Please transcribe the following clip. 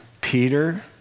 Peter